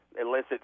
illicit